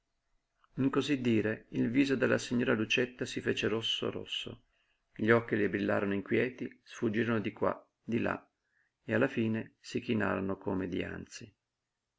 in cosí dire il viso della signora lucietta si fece rosso rosso gli occhi le brillarono inquieti sfuggirono di qua di là e alla fine si chinarono come dianzi